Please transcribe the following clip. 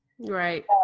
Right